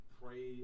pray